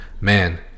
man